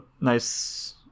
nice